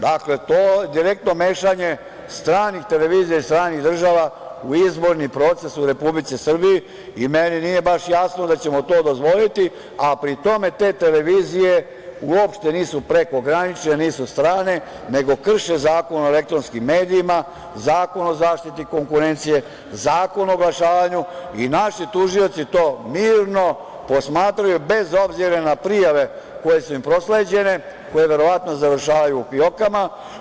Dakle, to direktno mešanje stranih televizija iz stranih država u izborni proces u Republici Srbiji i meni nije baš jasno da ćemo to dozvoliti, a pri tom te televizije uopšte nisu prekogranične, nisu strane, nego krše Zakon o elektronskim medijima, Zakon o zaštiti konkurencije, Zakon o oglašavanju i naši tužioci to mirno posmatraju, bez obzira na prijave koje su im prosleđene, koje verovatno završavaju u fiokama.